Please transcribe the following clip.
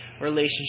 relationship